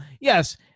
yes